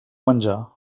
menjar